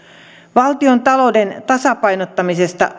valtiontalouden tasapainottamisesta